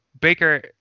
Baker